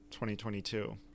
2022